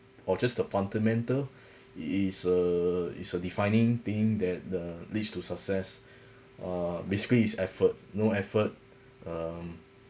or just a fundamental is a is a defining thing that uh leads to success uh basically it's efforts no effort um